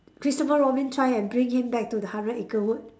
Christopher Robin try and bring him back to the hundred acre wood